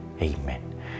Amen